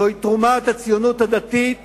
זו תרומת הציונות הדתית